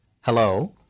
hello